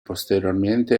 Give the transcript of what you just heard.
posteriormente